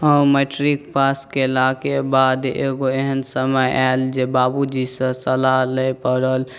matric pass केलाके बाद एगो एहन समय आएल जे बाबूजीसँ सलाह लै पड़ल